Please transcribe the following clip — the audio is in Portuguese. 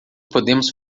podemos